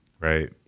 right